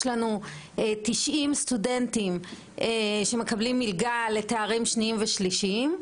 לנו כ-90 סטודנטים שמקבלים מלגה לתארים שניים ושלישיים,